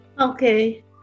Okay